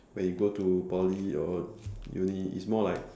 when you go to poly or uni it's more like